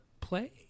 play